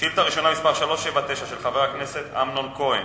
שאילתא ראשונה, מס' 379, של חבר הכנסת אמנון כהן: